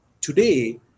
Today